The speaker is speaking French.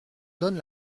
donne